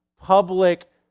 public